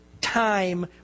time